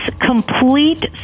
complete